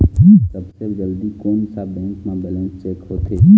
सबसे जल्दी कोन सा बैंक म बैलेंस चेक होथे?